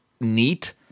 neat